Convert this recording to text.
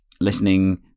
listening